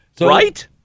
Right